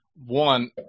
one